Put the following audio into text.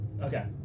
Okay